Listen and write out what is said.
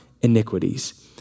iniquities